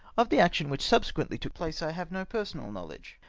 of the action which subsequently took place i have no personal knowledge,